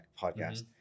podcast